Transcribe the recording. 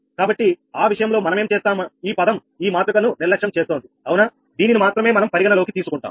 కాబట్టి ఆ విషయంలో మనమేం చేస్తామంటే ఈ పదం ఈ మాతృకను నిర్లక్ష్యం చేస్తోంది అవునా దీనిని మాత్రమే మనం పరిగణనలోకి తీసుకుంటాం